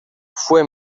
fue